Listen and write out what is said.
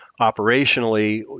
Operationally